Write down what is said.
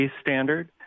standard